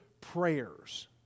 prayers